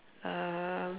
um